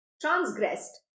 transgressed